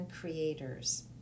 creators